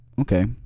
Okay